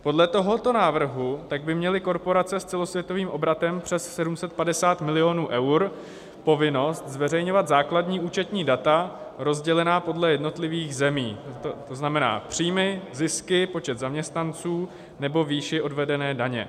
Podle tohoto návrhu by měly korporace s celosvětovým obratem přes 750 milionů eur povinnost zveřejňovat základní účetní data rozdělená podle jednotlivých zemí, tzn. příjmy, zisky, počet zaměstnanců nebo výši odvedené daně.